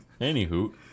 Anywho